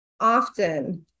often